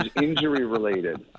injury-related